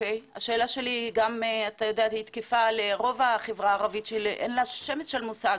השאלה שלי תקפה לרוב החברה הערבית שאין לה שמץ של מושג